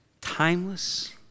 timeless